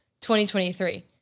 2023